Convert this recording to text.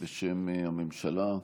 בשם הממשלה.